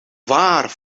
waar